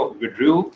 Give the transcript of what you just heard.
withdrew